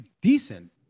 decent